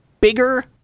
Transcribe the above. bigger